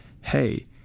hey